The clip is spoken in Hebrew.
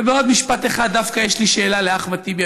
ובעוד משפט אחד דווקא יש לי שאלה לאחמד טיבי,